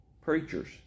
preachers